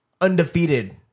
undefeated